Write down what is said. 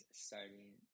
starting